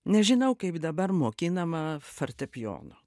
nežinau kaip dabar mokinama fortepijono